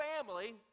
family